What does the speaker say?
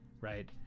right